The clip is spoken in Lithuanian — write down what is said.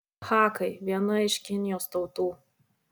hakai viena iš kinijos tautų